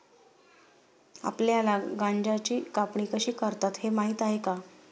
आपल्याला गांजाची कापणी कशी करतात हे माहीत आहे का?